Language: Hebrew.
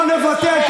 אנחנו לא נוותר,